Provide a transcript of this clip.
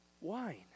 wine